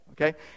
okay